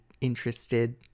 interested